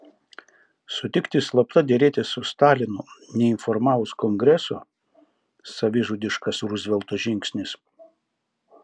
sutikti slapta derėtis su stalinu neinformavus kongreso savižudiškas ruzvelto žingsnis